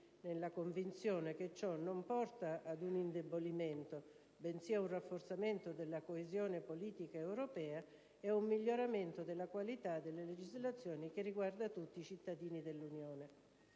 nella convinzione che ciò non porta ad un indebolimento, bensì a un rafforzamento della coesione politica europea e a un miglioramento della qualità della legislazione che riguarda tutti i cittadini dell'Unione.